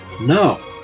No